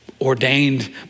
ordained